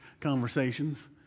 conversations